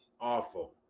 awful